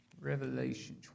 Revelation